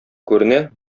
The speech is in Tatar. күренә